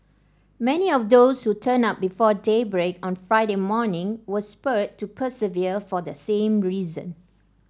many of those who turned up before daybreak on Friday morning was spurred to persevere for the same reason